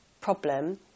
problem